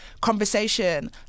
conversation